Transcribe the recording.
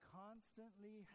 constantly